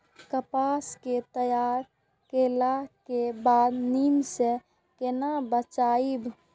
कपास के तैयार कैला कै बाद नमी से केना बचाबी?